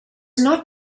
not